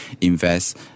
invest